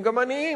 הם גם עניים,